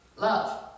love